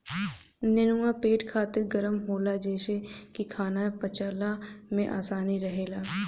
नेनुआ पेट खातिर गरम होला जेसे की खाना पचला में आसानी रहेला